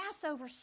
Passover